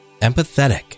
Empathetic